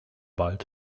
bald